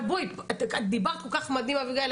אבל בואי, את דיברת כל כך מדהים אביגיל.